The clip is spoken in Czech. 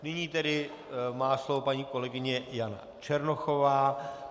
Nyní tedy má slovo paní kolegyně Jana Černochová.